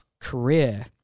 career